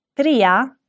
Tria